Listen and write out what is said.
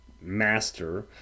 master